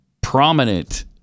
prominent